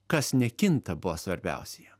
kas nekinta buvo svarbiausia jam